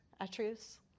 Atreus